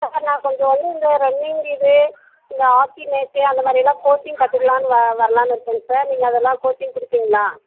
sir நான் கொஞ்சம் வந்து இந்த ரன்னிங் இது இந்த ஹாக்கி மேட்ச்சி அந்த மாதிரிலாம் கோச்சிங் கற்றுக்கலானு வ வரலான்னு இருக்கேங்க சார் நீங்கள் அதெல்லாம் கோச்சிங் கொடுப்பீங்களா